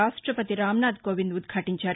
రాష్ట్రపతి రాంనాథ్ కోవింద్ ఉద్యాటించారు